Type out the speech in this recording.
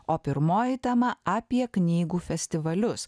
o pirmoji tema apie knygų festivalius